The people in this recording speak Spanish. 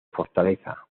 fortaleza